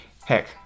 heck